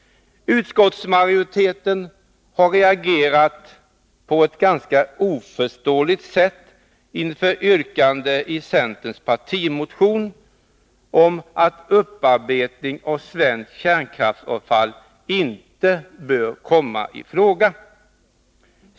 Utskottsmajoriteten har reagerat på ett ganska oförståeligt sätt inför yrkandet i centerns partimotion att ”upparbetning av svenskt kärnkraftsavfall inte bör komma i fråga”.